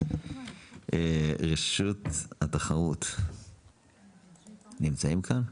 רשות התחרות נמצאים כאן?